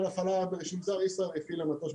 --- ישראייר הפעילה מטוס.